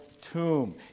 tomb